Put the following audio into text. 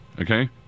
okay